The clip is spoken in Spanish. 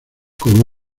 como